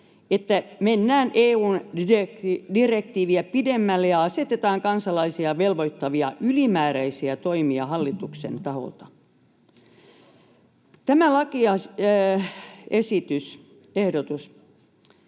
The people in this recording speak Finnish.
mennään EU:n direktiiviä pidemmälle ja asetetaan kansalaisia velvoittavia ylimääräisiä toimia hallituksen taholta. Tämä lakiehdotus